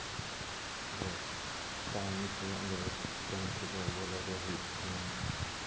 ᱫᱚ ᱴᱟᱭᱤᱢ ᱨᱮ ᱚᱸᱰᱮ ᱠᱟᱹᱢᱤ ᱴᱷᱮᱱ ᱫᱚ ᱵᱚᱞᱚᱜᱮ ᱦᱩᱭᱩᱜ ᱛᱤᱧᱟᱹ